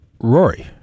Rory